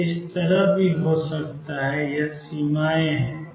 यह इस तरह भी हो सकता है ये सीमाएँ हैं